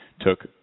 took